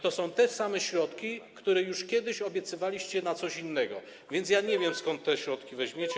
To są te same środki, które już kiedyś obiecywaliście na coś innego, więc ja nie wiem, skąd te środki weźmiecie.